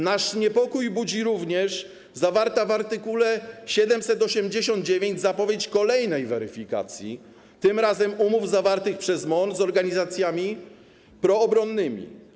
Nasz niepokój budzi również zawarta w art. 789 zapowiedź kolejnej weryfikacji, tym razem umów zawartych przez MON z organizacjami proobronnymi.